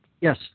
Yes